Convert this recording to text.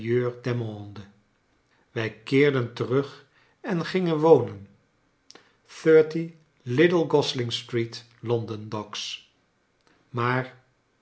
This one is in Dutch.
wij keerden terug en gingen wonen little gosling street london docks maar